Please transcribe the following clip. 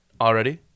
already